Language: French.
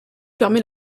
permet